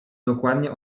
dokładnie